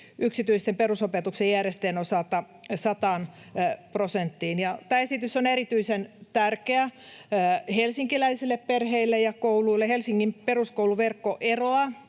yksityisten perusopetuksen järjestäjien osalta 100 prosenttiin. Tämä esitys on erityisen tärkeä helsinkiläisille perheille ja kouluille. Helsingin peruskouluverkko eroaa